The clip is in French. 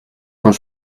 quand